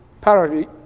parody